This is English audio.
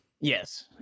yes